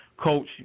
Coach